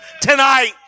tonight